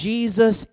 Jesus